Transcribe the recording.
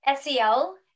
SEL